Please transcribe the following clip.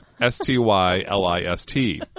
S-T-Y-L-I-S-T